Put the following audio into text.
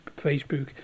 facebook